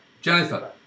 Jennifer